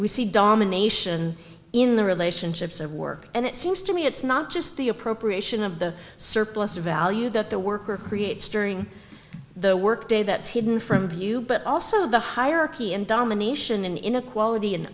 we see domination in the relationships of work and it seems to me it's not just the appropriation of the surplus value that the worker creates during the work day that's hidden from view but also the hierarchy and domination in inequality